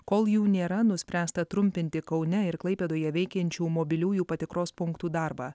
kol jų nėra nuspręsta trumpinti kaune ir klaipėdoje veikiančių mobiliųjų patikros punktų darbą